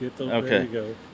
okay